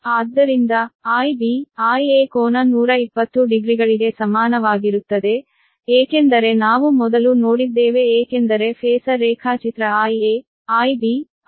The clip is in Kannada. ಆದ್ದರಿಂದ Ib Ia ಕೋನ 120 ಡಿಗ್ರಿಗಳಿಗೆ ಸಮಾನವಾಗಿರುತ್ತದೆ ಏಕೆಂದರೆ ನಾವು ಮೊದಲು ನೋಡಿದ್ದೇವೆ ಏಕೆಂದರೆ Phasor ರೇಖಾಚಿತ್ರ Ia Ib Ic ಅನ್ನು ತೋರಿಸುವುದಿಲ್ಲ